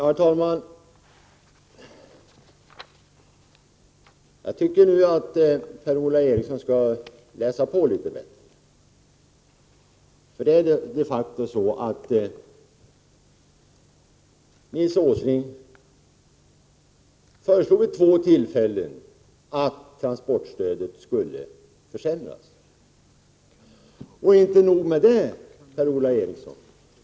Herr talman! Jag tycker att Per-Ola Eriksson skall läsa på litet bättre. Nils Åsling föreslog de facto, vid två tillfällen, att transportstödet skulle försämras. Men det är inte nog med det, Per-Ola Eriksson.